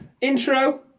Intro